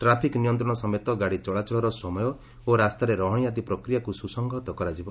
traffic ନିୟନ୍ତ୍ରଣ ସମେତ ଗାଡ଼ି ଚଳାଚଳର ସମୟ ଓ ରାସ୍ତାରେ ରହଣି ଆଦି ପ୍ରକ୍ରିୟାକୁ ସୁସଂଯତ କରାଯିବ